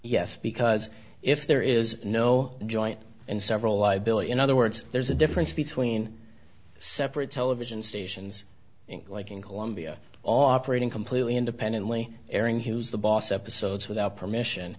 yes because if there is no joint and several liability in other words there's a difference between separate television stations like in colombia operating completely independently airing who's the boss episodes without permission